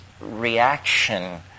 reaction